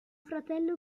fratello